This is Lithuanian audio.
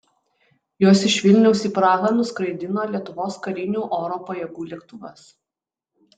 juos iš vilniaus į prahą nuskraidino lietuvos karinių oro pajėgų lėktuvas